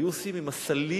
היו עושים עם הסלים